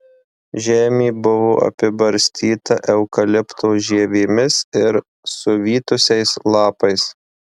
žemė buvo apibarstyta eukalipto žievėmis ir suvytusiais lapais